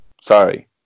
Sorry